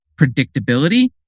predictability